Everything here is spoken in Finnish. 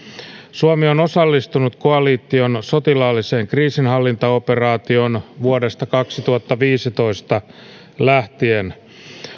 suomi on osallistunut koalition sotilaalliseen kriisinhallintaoperaatioon vuodesta kaksituhattaviisitoista lähtien